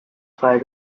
fire